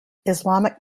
islamic